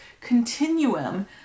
continuum